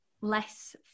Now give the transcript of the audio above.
less